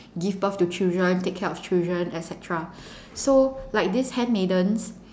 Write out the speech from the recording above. give birth to children take care of children etcetera so these handmaidens